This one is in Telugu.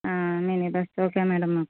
మీ నైబర్స్ది ఓకే మేడం మాకు